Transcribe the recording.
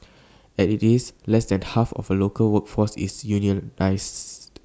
as IT is less than half of the local workforce is unionised